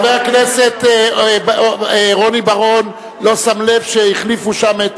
חבר הכנסת רוני בר-און לא שם לב שהחליפו שם את